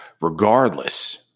regardless